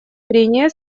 прения